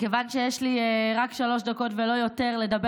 מכיוון שיש לי רק שלוש דקות ולא יותר לדבר